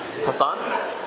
Hassan